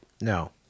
No